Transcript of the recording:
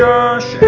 Josh